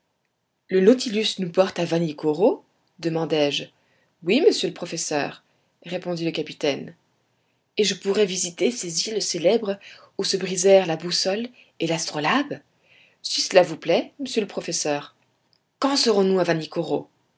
le nautilus nous porte à vanikoro demandai-je oui monsieur le professeur répondit le capitaine et je pourrai visiter ces îles célèbres où se brisèrent la boussole et l'astrolabe si cela vous plaît monsieur le professeur quand serons-nous à